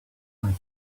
ice